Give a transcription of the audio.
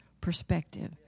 perspective